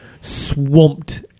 swamped